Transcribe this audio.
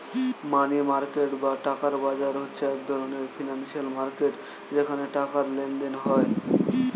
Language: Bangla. মানি মার্কেট বা টাকার বাজার হচ্ছে এক ধরণের ফিনান্সিয়াল মার্কেট যেখানে টাকার লেনদেন হয়